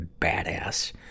badass